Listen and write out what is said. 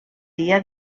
dia